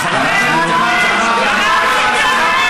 חבר הכנסת ג'מאל זחאלקה,